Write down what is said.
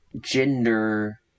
gender